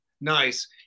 Nice